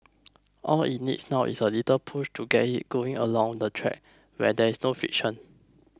all it needs now is a little push to get it going along the track where there is no friction